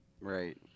Right